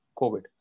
COVID